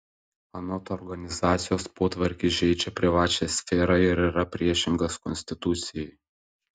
anot organizacijos potvarkis žeidžia privačią sferą ir yra priešingas konstitucijai